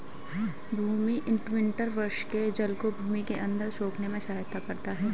भूमि imprinter वर्षा के जल को भूमि के अंदर सोखने में सहायता करता है